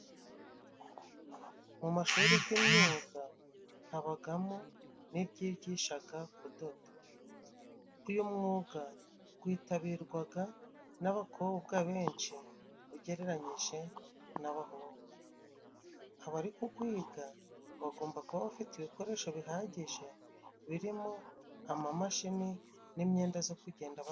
Mu mashuri g'imyuga habagamo n'iryigishaga kudoda uyu mwuga gwitabirwaga n'abakobwa benshi ugereranyije n'abahungu, abari kugwiga bagomba kuba bafite ibikoresho bihagije birimo amamashini n'imyenda zo kugenda badoda.